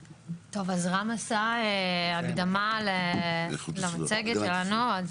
טוב, אז רם עשה הקדמה למצגת שלנו.